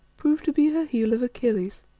prove to be her heel of achilles.